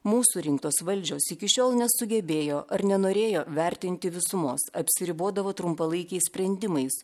mūsų rinktos valdžios iki šiol nesugebėjo ar nenorėjo vertinti visumos apsiribodavo trumpalaikiais sprendimais